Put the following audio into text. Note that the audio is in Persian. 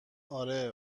آره